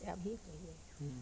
अभी कहिए